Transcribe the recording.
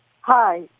Hi